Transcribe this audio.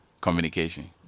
communication